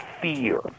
fear